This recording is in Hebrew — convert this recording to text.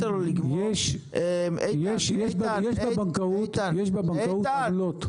יש בבנקאות עמלות...